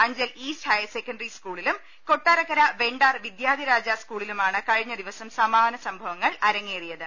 Anchal east higher secondary സ്കൂളിലും കൊട്ടരക്കര വെണ്ടാർ വിദ്യാധിരാജ സ്കൂളിലുമാണ് കഴിഞ്ഞ ദിവസം സമാന സംഭവങ്ങൾ അരങ്ങേറിയത്